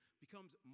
becomes